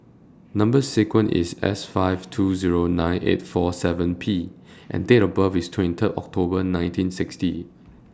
Number sequence IS S five two Zero nine eight four seven P and Date of birth IS twenty Third October nineteen sixty